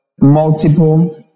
multiple